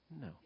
No